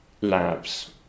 labs